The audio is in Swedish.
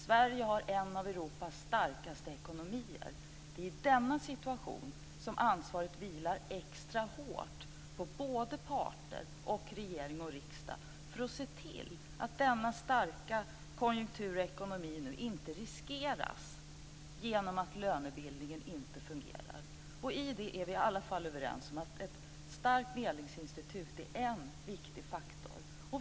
Sverige har en av Europas starkaste ekonomier. Det är i denna situation som ansvaret vilar extra hårt på både parter och regering och riksdag att se till att denna starka konjunktur och ekonomi inte riskeras genom att lönebildningen inte fungerar. I det är vi varje fall överens om att ett starkt medlingsinstitut är en viktig faktor.